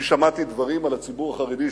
אני שמעתי דברים על הציבור החרדי,